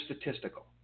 statistical